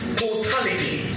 totality